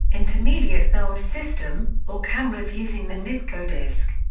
intermediate film system, or cameras using the nipkow disk.